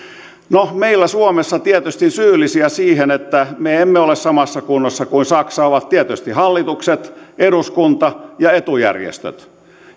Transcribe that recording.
meillä suomessa syyllisiä siihen että me emme ole samassa kunnossa kuin saksa ovat tietysti hallitukset eduskunta ja etujärjestöt